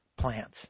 plants